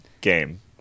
game